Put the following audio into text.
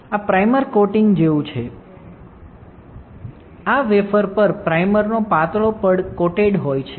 આ primer coating જેવું છે આ વેફર પર પ્રાઇમરનો પાતળો પડ કોટેડ હોય છે